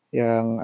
yang